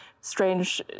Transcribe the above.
strange